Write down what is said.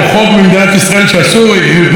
שרשימה לא יכולה לרוץ עם האות ה"א,